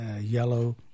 yellow